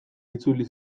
itzuli